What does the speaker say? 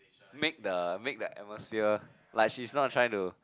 make the make the atmosphere like she's not trying to